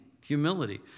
Humility